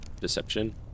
Deception